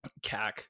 CAC